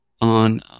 on